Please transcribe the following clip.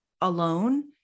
alone